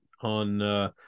on